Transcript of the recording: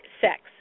sex